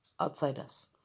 outsiders